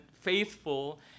faithful